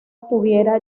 estuviera